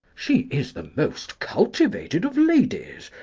she is the most cultivated of ladies,